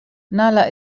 nagħlaq